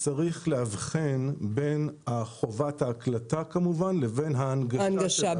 צריך להבחין בין חובת ההקלטה כמובן לבין ההנגשה.